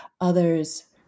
others